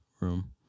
room